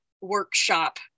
workshop